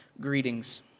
greetings